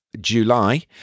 July